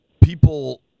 people